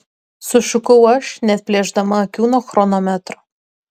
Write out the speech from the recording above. sušukau aš neatplėšdama akių nuo chronometro